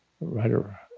writer